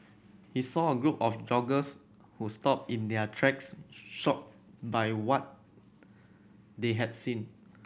he saw a group of joggers who stopped in their tracks shocked by what they had seen